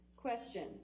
Question